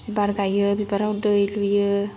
बिबार गायो बिबाराव दै लुयो